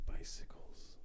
Bicycles